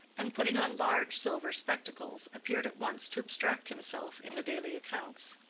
and, putting on large silver spectacles, appeared at once to abstract himself in the daily accounts.